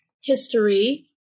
history